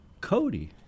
Cody